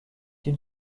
une